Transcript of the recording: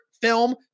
film